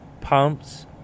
pumps